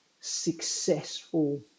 successful